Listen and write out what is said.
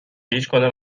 هیچکدام